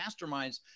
masterminds